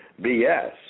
BS